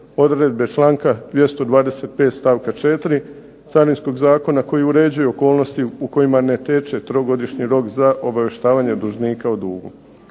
odredbe članka 225. stavka 4. Carinskog zakona koji uređuje okolnosti u kojima ne teče trogodišnji rok za obavještavanje dužnika o dugu.